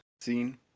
scene